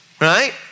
right